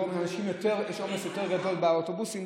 יש עומס יותר גדול באוטובוסים.